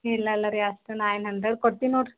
ಇಲ್ಲ ಅಲ್ಲ ರೀ ಅಷ್ಟು ನೈನ್ ಹಂಡ್ರೆಡ್ ಕೊಡ್ತೀನಿ ನೋಡಿರಿ